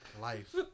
Life